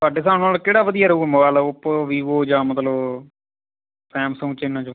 ਤੁਹਾਡੇ ਹਿਸਾਬ ਨਾਲ ਕਿਹੜਾ ਵਧੀਆ ਰਹੂਗਾ ਮੋਬਾਇਲ ਓਪੋ ਵੀਵੋ ਜਾਂ ਮਤਲਬ ਸੈਮਸੰਗ ਇਹਨਾਂ 'ਚੋਂ